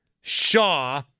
Shaw